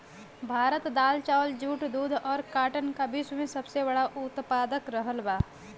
भारत दाल चावल दूध जूट और काटन का विश्व में सबसे बड़ा उतपादक रहल बा